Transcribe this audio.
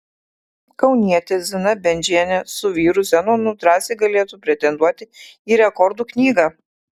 kaunietė zina bendžienė su vyru zenonu drąsiai galėtų pretenduoti į rekordų knygą